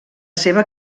seva